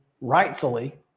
rightfully